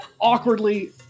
awkwardly